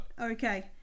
Okay